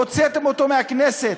הוצאתם אותו מהכנסת.